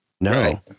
No